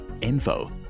info